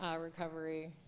recovery